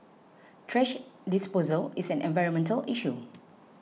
thrash disposal is an environmental issue